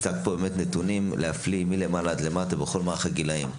הצגת פה באמת נתונים להפליא מלמעלה עד למטה בכל מערך הגילאים,